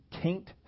taint